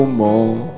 more